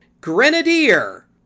Grenadier